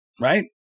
right